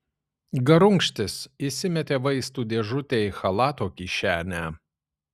garunkštis įsimetė vaistų dėžutę į chalato kišenę